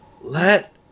Let